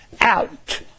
out